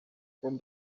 from